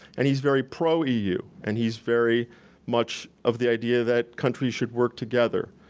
and he's very pro-eu. and he's very much of the idea that countries should work together,